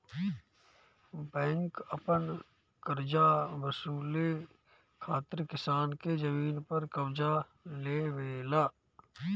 bank अपन करजा वसूले खातिर किसान के जमीन पर कब्ज़ा लेवेला